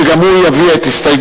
שגם הוא יביע את הסתייגותו.